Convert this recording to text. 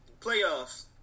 Playoffs